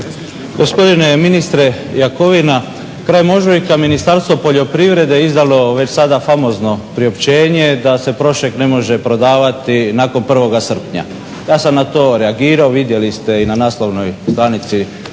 Gospodine ministre Jakovina, krajem ožujka Ministarstvo poljoprivrede je izdalo već sada famozno priopćenje da se Prošek ne može prodavati nakon 1.srpnja. ja sam na to reagirao, vidjeli ste i na naslovnoj stranici